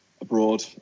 abroad